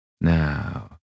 Now